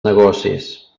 negocis